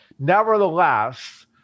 Nevertheless